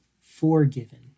Forgiven